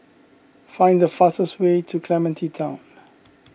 find the fastest way to Clementi Town